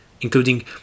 including